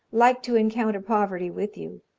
like to encounter poverty with you.